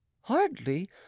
Hardly